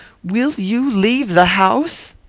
will you leave the house?